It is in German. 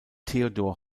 theodor